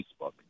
Facebook